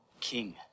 King